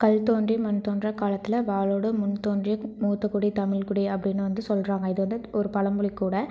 கல் தோன்றி மண் தோன்றாக் காலத்துல வாளோடு முன் தோன்றி மூத்தக்குடி தமிழ்க்குடி அப்டினு வந்து சொல்கிறாங்க இது வந்து ஒரு பளமொழி கூட